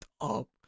up